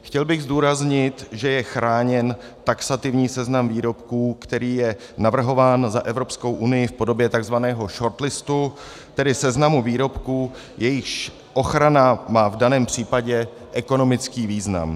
Chtěl bych zdůraznit, že je chráněn taxativní seznam výrobků, který je navrhován za Evropskou unii v podobě tzv. short listu, tedy seznamu výrobků, jejichž ochrana má v daném případě ekonomický význam.